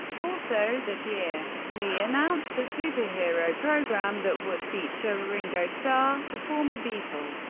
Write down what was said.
also that year, lee announced a superhero program that would feature ringo starr, the former beatle,